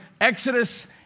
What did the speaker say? exodus